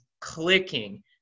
clicking